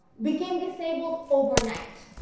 became disabled overnight.